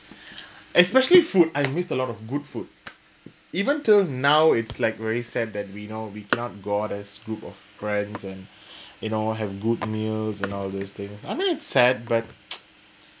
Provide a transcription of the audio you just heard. especially food I missed a lot of good food even till now it's like every sad that you know we cannot go out as group of friends and you know have good meals and all these thing I mean it's sad but